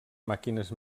màquines